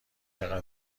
چقدر